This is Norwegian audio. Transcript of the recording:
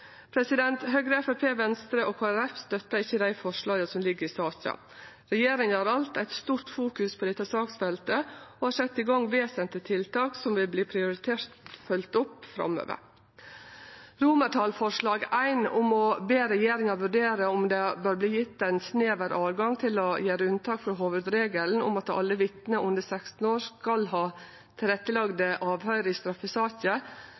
Høgre, Framstegspartiet, Venstre og Kristeleg Folkeparti støttar ikkje dei forslaga som ligg til saka. Regjeringa har alt eit stort fokus på dette saksfeltet og har sett i gang vesentlege tiltak som vil verte prioritert følgt opp framover. Komiteen sitt forslag til vedtak I, om å be regjeringa vurdere om det bør verte gjeve ein snever tilgang til å gjere unntak frå hovudregelen om at alle vitne under 16 år skal ha tilrettelagte avhøyr i straffesaker,